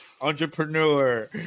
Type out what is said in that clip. entrepreneur